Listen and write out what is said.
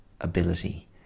ability